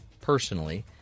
personally